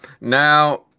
now